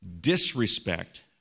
disrespect